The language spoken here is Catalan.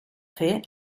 fer